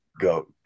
go